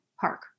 park